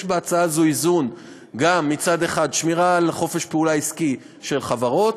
יש בהצעה הזאת איזון: מצד אחד שמירה על חופש פעולה עסקי של חברות,